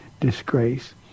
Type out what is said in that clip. disgrace